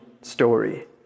story